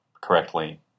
correctly